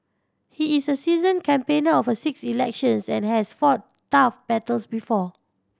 he is a seasoned campaigner of six elections and has fought tough battles before